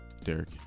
Derek